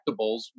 collectibles